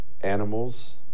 animals